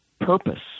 purpose